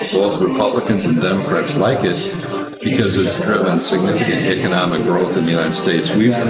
both republicans and democrats like it because its driven significant economic growth in the united states. we've